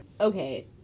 Okay